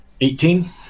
eighteen